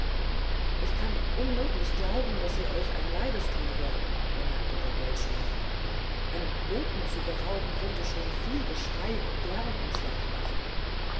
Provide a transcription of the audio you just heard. ich kann unmöglich glauben daß sie euch ein leides tun werden bemerkte der goldschmidt einen boten zu berauben würde schon viel geschrei und lärmen ins land machen